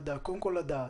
קודם כל לדעת,